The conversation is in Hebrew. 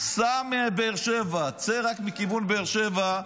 סע מבאר שבע, צא רק מכיוון באר שבע,